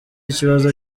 ikibazo